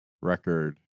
record